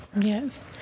Yes